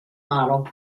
model